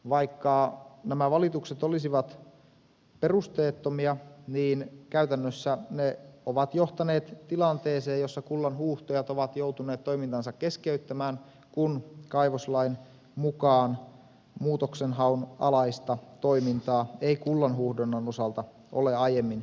vaikka nämä valitukset olisivat perusteettomia niin käytännössä ne ovat johtaneet tilanteeseen jossa kullanhuuhtojat ovat joutuneet toimintansa keskeyttämään kun kaivoslain mukaan muutoksenhaun alaista toimintaa ei kullanhuuhdonnan osalta ole aiemmin voitu jatkaa